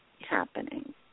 happening